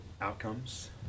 outcomes